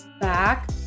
back